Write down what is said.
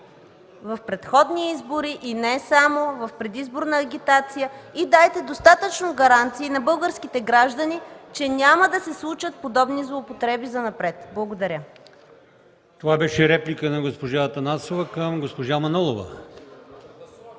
в предходни избори и не само в предизборна агитация, и дайте достатъчно гаранции на българските граждани, че няма да се случват подобни злоупотреби занапред. Благодаря. ПРЕДСЕДАТЕЛ АЛИОСМАН ИМАМОВ: Това беше реплика на госпожа Атанасова към госпожа Манолова.